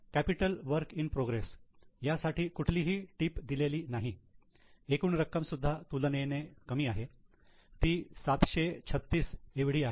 आहे capital work in progress यासाठी कुठलीही टीप दिलेली नाही एकूण रक्कम सुद्धा तुलनेने कमी आहे ती 736 एवढी आहे